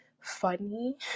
funny